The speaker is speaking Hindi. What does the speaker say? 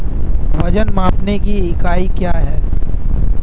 वजन मापने की इकाई क्या है?